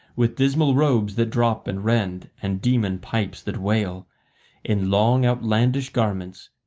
with dismal robes that drop and rend and demon pipes that wail in long, outlandish garments,